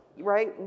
Right